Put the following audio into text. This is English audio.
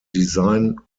design